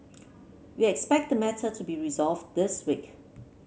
we expect the matter to be resolved this week